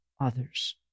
others